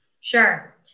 Sure